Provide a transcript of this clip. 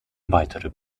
weitere